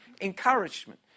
Encouragement